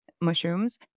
mushrooms